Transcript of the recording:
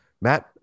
Matt